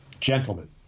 Gentlemen